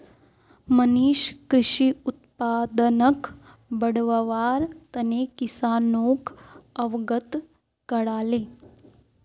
मनीष कृषि उत्पादनक बढ़व्वार तने किसानोक अवगत कराले